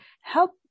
Help